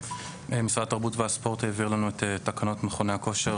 משרד התרבות והספורט העביר לנו את תקנות מכוני הכושר